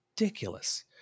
ridiculous